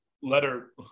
letter